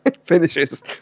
Finishes